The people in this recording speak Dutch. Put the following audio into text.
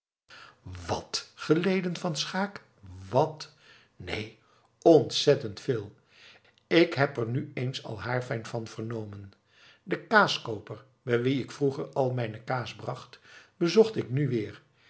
wàt geleden van schaeck wàt neen ontzettend veel ik heb er nu eens alles haarfijn van vernomen de kaaskooper bij wien ik vroeger altijd mijne kaas bracht bezocht ik nu weer